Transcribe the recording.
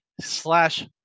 slash